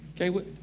Okay